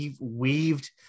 weaved